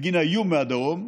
בגין האיום מהדרום.